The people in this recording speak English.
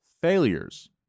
failures